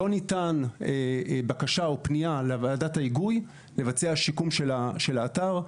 לא ניתנה בקשה או פנייה לוועדת ההיגוי לבצע שיקום של האתר.